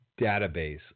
database